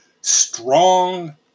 Strong